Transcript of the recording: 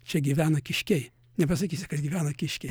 čia gyvena kiškiai nepasakysi kad gyvena kiškiai